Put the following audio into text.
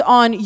on